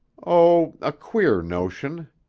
oh, a queer notion.